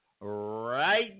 right